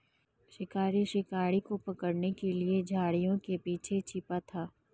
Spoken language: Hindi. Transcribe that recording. शिकारी शिकार को पकड़ने के लिए झाड़ियों के पीछे छिपा था